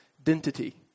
identity